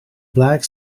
black